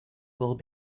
will